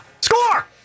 Score